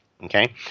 Okay